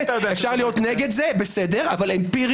אפשר להיות נגד זה או בעד זה אבל אמפירית-